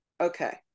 Okay